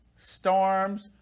storms